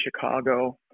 Chicago